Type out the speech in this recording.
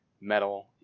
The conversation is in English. metal